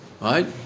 right